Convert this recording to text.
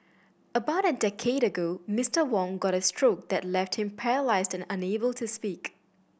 about a decade ago Mister Wong got a stroke that left him paralysed and unable to speak